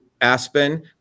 Aspen